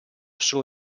sono